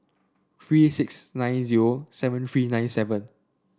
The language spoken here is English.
three six nine zero seven three nine seven